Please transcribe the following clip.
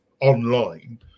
online